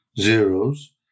zeros